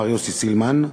מר יוסי סילמן,